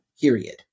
Period